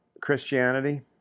Christianity